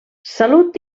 salut